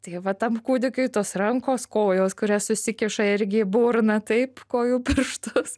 tai va tam kūdikiui tos rankos kojos kurias susikiša irgi į burną taip kojų pirštus